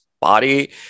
body